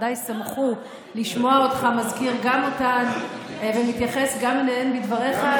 ודאי שמחו לשמוע אותך מזכיר גם אותן ומתייחס גם אליהן בדבריך.